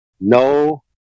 no